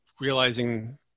realizing